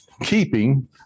keeping